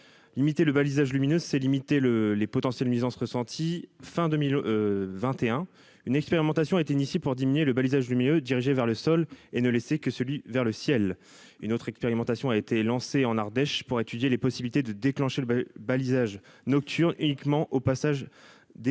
limiter le balisage lumineux, c'est limité le les potentiels nuisances ressenties fin 2021 une expérimentation a été initiée pour diminuer le balisage lumineux dirigée vers le sol et ne laisser que celui vers le ciel, une autre expérimentation a été lancé en Ardèche pour étudier les possibilités de déclencher le balisage nocturne uniquement au passage des